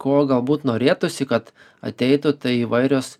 ko galbūt norėtųsi kad ateitų tai įvairios